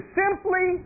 simply